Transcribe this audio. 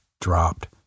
dropped